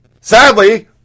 Sadly